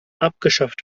abgeschafft